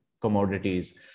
commodities